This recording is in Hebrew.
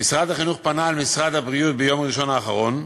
משרד החינוך פנה אל משרד הבריאות ביום ראשון האחרון,